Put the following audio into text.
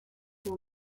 whom